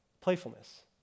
Playfulness